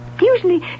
Usually